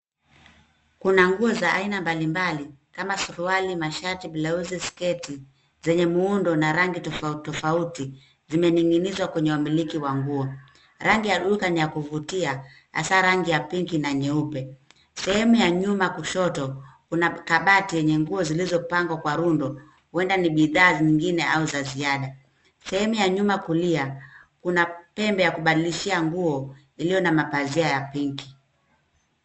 Kuna nguo za aina mbali mbali kama suruali ,mashati ,blauzi, sketi zenye muundo na rangi tofauti tofauti ,zimeninginizwa kwenye wambiliki wa nguo . Rangi ya duka ni ya kuvutia hasa rangi ya pinki na nyeupe. Sehemu ya nyuma kushoto Kuna kabati yenye nguo zilizopangwa kwa rundo huenda ni bidhaa zingine au za ziada. sehemu ya nyuma kulia Kuna pembe ya kubadilishia nguo iliyo na mapazia ya pinki.